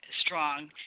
strong